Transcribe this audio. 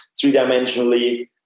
three-dimensionally